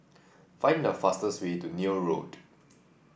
find the fastest way to Neil Road